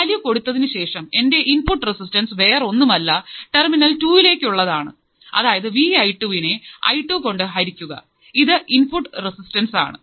value കൊടുത്തതിനുശേഷം എൻറെ input resistance വേറൊന്നുമല്ല ടെർമിനൽ ടുവിലേക്ക് ഉള്ളതാണ് അതായത് വിഐടു വിനെ ഐടു കൊണ്ട് ഹരിക്കുക ഇത് ഇൻപുട്ട് റെസിസ്റ്റൻസ് ആണ്